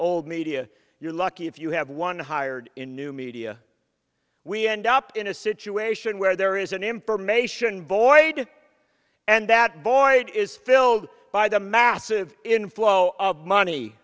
old media you're lucky if you have one hired in new media we end up in a situation where there is an information void and that boyd is filled by the massive inflow of money